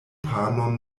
panon